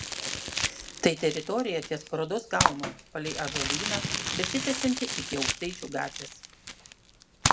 tai teritorija ties parodos kalnu palei ąžuolyną besitęsianti iki aukštaičių gatvės